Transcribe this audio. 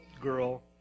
girl